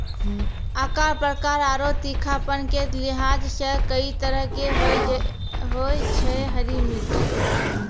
आकार, प्रकार आरो तीखापन के लिहाज सॅ कई तरह के होय छै हरी मिर्च